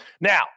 Now